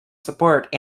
support